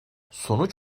sonuç